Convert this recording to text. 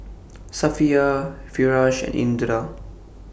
Safiya Firash and Indra